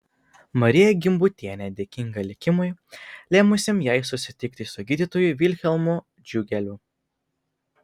marija gimbutienė dėkinga likimui lėmusiam jai susitikti su gydytoju vilhelmu džiugeliu